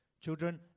Children